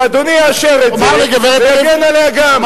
ואדוני יאשר את זה ויגן עליה גם.